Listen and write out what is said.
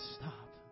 stop